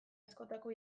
askotako